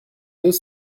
deux